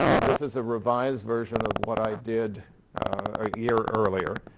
this is a revised version of what i did a year earlier.